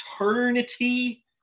eternity